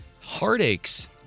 heartaches